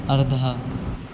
अर्धः